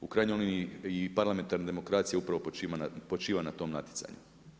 U krajnjoj liniji i parlamentarne demokracije upravo počiva na tom natjecanju.